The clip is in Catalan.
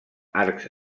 arcs